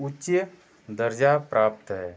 उच्च दर्जा प्राप्त है